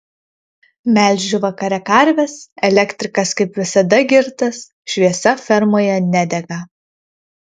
melžiu vakare karves elektrikas kaip visada girtas šviesa fermoje nedega